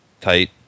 tight